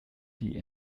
die